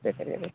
ए